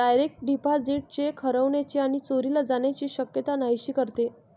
direct deposit cheque हरवण्याची आणि चोरीला जाण्याची शक्यता नाहीशी करते